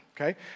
Okay